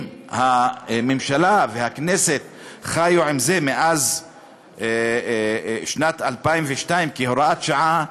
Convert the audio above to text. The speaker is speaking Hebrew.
אם הממשלה והכנסת חיו עם זה מאז שנת 2002 כהוראת שעה,